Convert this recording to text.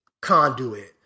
conduit